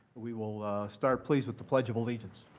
we will start, please, with the pledge of allegiance.